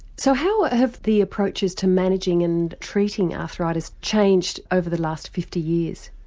so how have the approaches to managing and treating arthritis changed over the last fifty years?